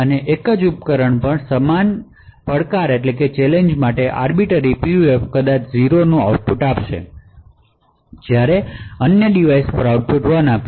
અને એક જ ઉપકરણ પર સમાન ચેલેંજ માટે આર્બીટર PUF કદાચ 0 નું આઉટપુટ આપશે જ્યારે અન્ય ડિવાઇસ પર આઉટપુટ 1 આપશે